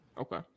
okay